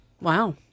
Wow